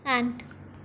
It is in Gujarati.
આઠ